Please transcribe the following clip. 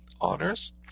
honors